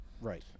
Right